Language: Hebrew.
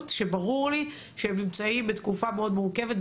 שברור לי שהם נמצאים בתקופה מאוד מורכבת,